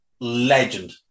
legend